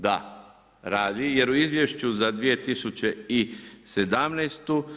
Da, radi jer u izvješću za 2017.